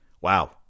Wow